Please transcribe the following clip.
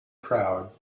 crowd